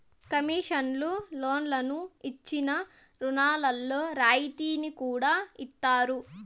concessional లోన్లు ఇచ్చిన రుణాల్లో రాయితీని కూడా ఇత్తారు